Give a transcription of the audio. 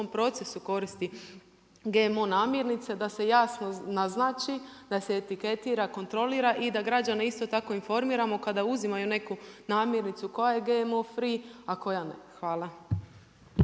procesu koristi GMO namirnice da se jasno naznači, da se etiketira, kontrolira i da građane isto tako informiramo kada uzimaju neku namirnicu koja je GMO free, a koja ne. Hvala.